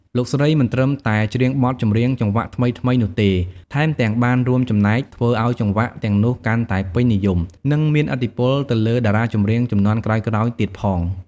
លោកស្រីមិនត្រឹមតែច្រៀងបទចម្រៀងចង្វាក់ថ្មីៗនោះទេ ថែមទាំងបានរួមចំណែកធ្វើឱ្យចង្វាក់ទាំងនោះកាន់តែពេញនិយម និងមានឥទ្ធិពលទៅលើតារាចម្រៀងជំនាន់ក្រោយៗទៀតផង។